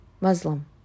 Muslim